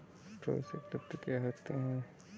पोषक तत्व क्या होते हैं बताएँ?